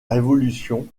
révolution